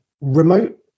remote